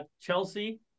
Chelsea